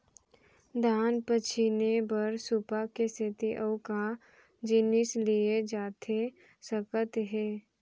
धान पछिने बर सुपा के सेती अऊ का जिनिस लिए जाथे सकत हे?